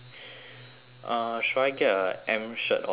uh should I get a M shirt or a L